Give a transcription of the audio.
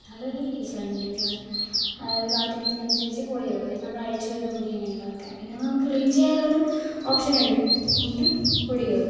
അതൊരു ഡിസ്അഡ്വാന്റ്റേജ് ആണ് അത് കാറ്റടിക്കുന്നത് അനുസരിച്ച് പൊടി കയറും നമ്മള് അഴിച്ചു വരുന്ന പൊടി അങ്ങനെയുള്ളതൊക്കെ പിന്നെ നമുക്ക് ക്ലീന് ചെയ്യാനുള്ളൊരു ഓപ്ഷന് ഉണ്ട് എങ്കിലും പൊടി കയറും